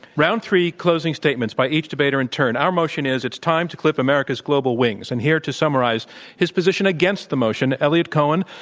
round three, closing statements by each debater in turn. our motion is, it's time to clip america's global wings. and here to summarize his position against the motion, eliot cohen,